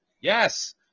Yes